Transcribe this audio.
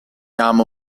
amo